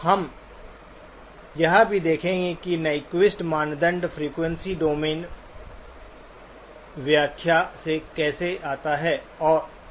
और हम यह भी देखेंगे कि नाइक्वेस्ट मानदंड फ्रीक्वेंसी डोमेन व्याख्या से कैसे आता है